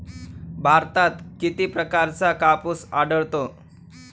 भारतात किती प्रकारचा कापूस आढळतो?